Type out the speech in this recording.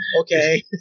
Okay